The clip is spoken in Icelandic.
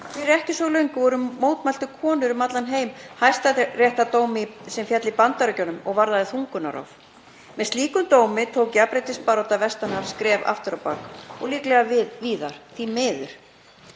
Fyrir ekki svo löngu mótmæltu konur um allan heim hæstaréttardómi sem féll í Bandaríkjunum og varðaði þungunarrof. Með slíkum dómi tók jafnréttisbarátta vestan hafs skref aftur á bak og líklega víðar, því miður.